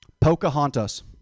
Pocahontas